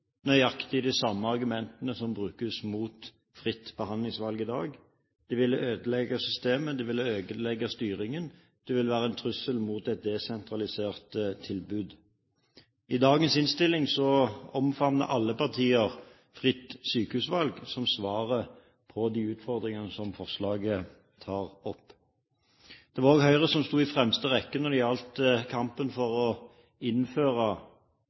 nøyaktig de samme argumentene som brukes mot fritt behandlingsvalg i dag: Det ville ødelegge systemet, det ville ødelegge styringen, det ville være en trussel mot et desentralisert tilbud. I dagens innstilling omfavner alle partier fritt sykehusvalg som svaret på de utfordringene som forslaget tar opp. Det var også Høyre som sto i fremste rekke når det gjaldt kampen for å innføre